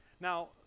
Now